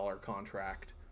contract